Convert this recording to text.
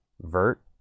vert